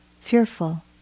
fearful